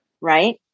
right